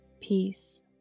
peace